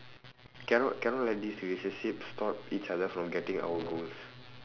cannot cannot let this relationship stop each other from getting our goals